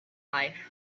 life